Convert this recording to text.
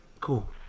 Cool